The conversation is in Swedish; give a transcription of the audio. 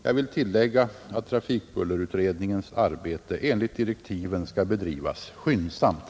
Jag vill tillägga att trafikbullerutredningens arbete enligt direktiven skall bedrivas skyndsamt.